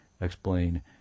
explain